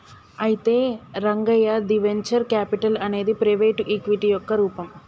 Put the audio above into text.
అయితే రంగయ్య ది venture capital అనేది ప్రైవేటు ఈక్విటీ యొక్క రూపం